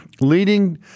Leading